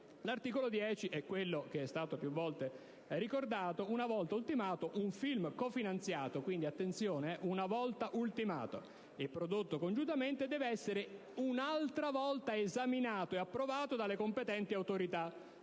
L'articolo 10 è stato più volte ricordato: una volta ultimato un film cofinanziato - quindi, attenzione, una volta ultimato - e prodotto congiuntamente, deve essere un'altra volta esaminato e approvato dalle competenti autorità,